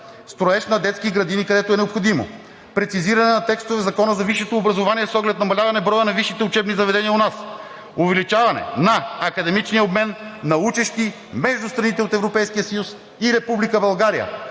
строеж на детски градини, където е необходимо; прецизиране на текстове в Закона за висшето образование с оглед намаляване на броя на висшите учебни заведения у нас; увеличаване на академичния обмен учещи се между страните от Европейския съюз и Република България;